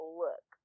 look